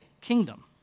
kingdom